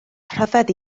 rhyfedd